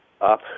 up